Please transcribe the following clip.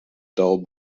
dull